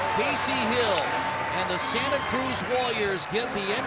hill and the santa cruz warriors get the